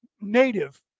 native